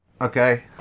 okay